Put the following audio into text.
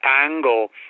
angle